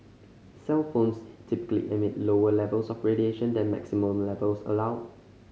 cellphones typically emit lower levels of radiation than maximum levels allowed